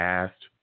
asked